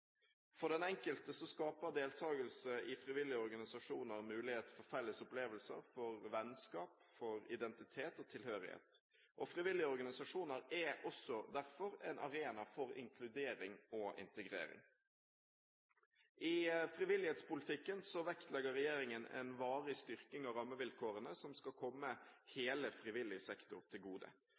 For den enkelte skaper deltakelse i frivillige organisasjoner mulighet for felles opplevelser, for vennskap, for identitet og tilhørighet. Frivillige organisasjoner er også derfor en arena for inkludering og integrering. I frivillighetspolitikken vektlegger regjeringen en varig styrking av rammevilkårene som skal komme hele frivillig sektor til gode.